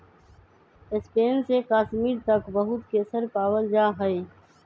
Spain से कश्मीर तक बहुत केसर पावल जा हई